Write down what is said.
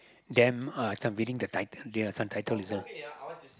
them uh this one winning the title their some title there this one